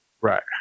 right